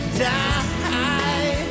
die